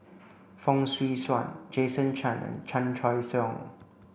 Fong Swee Suan Jason Chan and Chan Choy Siong